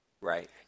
right